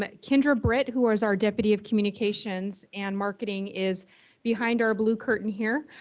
but kindra britt, who ah is our deputy of communications and marketing is behind our blue curtain here.